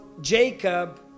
Jacob